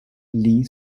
lead